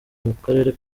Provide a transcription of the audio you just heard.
mukarere